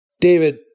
David